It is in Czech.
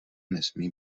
nesmí